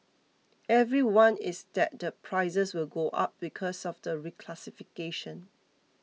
everyone is that the prices will go up because of the reclassification